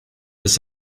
this